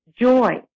joy